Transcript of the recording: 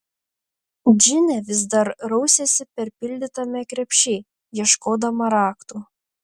džinė vis dar rausėsi perpildytame krepšy ieškodama raktų